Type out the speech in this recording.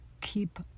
keep